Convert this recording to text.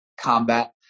combat